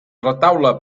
retaule